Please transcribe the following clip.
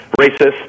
Racist